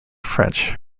french